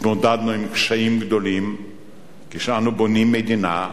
התמודדנו עם קשיים גדולים כשאנו בונים מדינה,